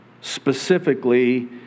specifically